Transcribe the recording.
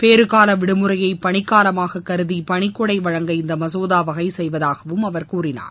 பேறுகால விடுமுறையை பணிக்காலமாகக் கருதி பணிக்கொடை வழங்க இந்த மசோதா வகை செய்வதாகவும் அவர் கூறினார்